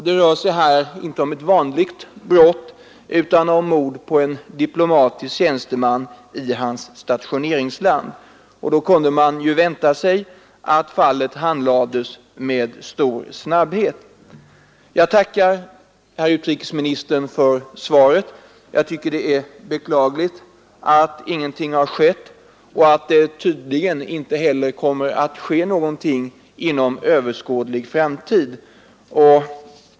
Det rör sig ju om mord på en diplomatisk tjänsteman i hans stationeringsland, och då kunde man vänta sig att fallet handlades med stor snabbhet. Jag tackar herr utrikesministern för svaret. Jag beklagar att ingen rättegång har ägt rum och att det tydligen inte heller kommer att bli någon inom överskådlig framtid.